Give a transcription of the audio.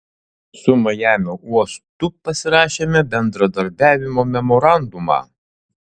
su majamio uostu pasirašėme bendradarbiavimo memorandumą